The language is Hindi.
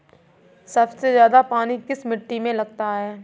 सबसे ज्यादा पानी किस मिट्टी में लगता है?